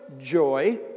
joy